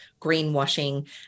greenwashing